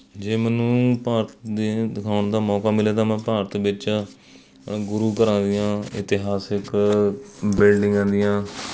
ਜੇ ਮੈਨੂੰ ਭਾਰਤ ਦੇ ਦਿਖਾਉਣ ਦਾ ਮੌਕਾ ਮਿਲੇ ਤਾਂ ਮੈਂ ਭਾਰਤ ਵਿੱਚ ਗੁਰੂ ਘਰਾਂ ਦੀਆਂ ਇਤਿਹਾਸਿਕ ਬਿਲਡਿੰਗਾਂ ਦੀਆਂ